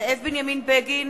זאב בנימין בגין,